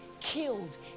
Killed